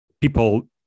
People